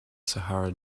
sahara